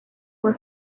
were